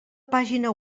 pàgina